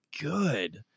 good